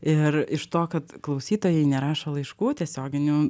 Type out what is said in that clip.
ir iš to kad klausytojai nerašo laiškų tiesioginių